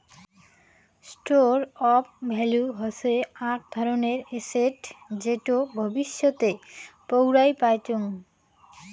store of value হসে আক ধরণের এসেট যেটো ভবিষ্যতে পৌরাই পাইচুঙ